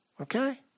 Okay